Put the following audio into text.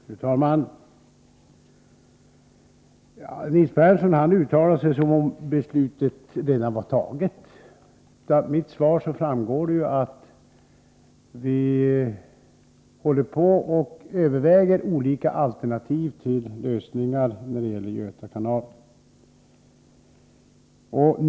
Fru talman! Nils Berndtson uttalar sig som om beslutet redan var fattat. Av mitt svar framgår det att vi överväger olika alternativa lösningar när det gäller Göta kanal.